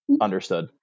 Understood